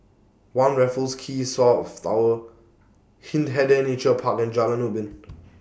one Raffles Quay South Tower Hindhede Nature Park and Jalan Ubin